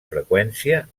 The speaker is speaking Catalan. freqüència